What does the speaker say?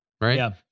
right